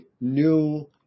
new